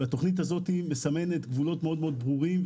והתוכנית הזו מסמנת גבולות מאוד מאוד ברורים,